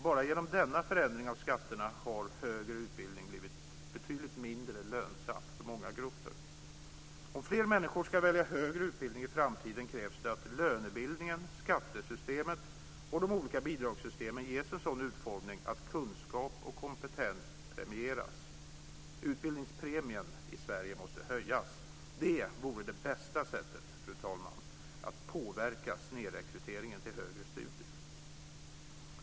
Bara genom denna förändring av skatterna har högre utbildning blivit betydligt mindre lönsam för många grupper. För att fler människor ska välja högre utbildning i framtiden krävs det att lönebildningen, skattesystemet och de olika bidragssystemen ges en sådan utformning att kunskap och kompetens premieras. Utbildningspremien i Sverige måste höjas. Det vore bästa sättet, fru talman, att påverka snedrekryteringen till högre studier.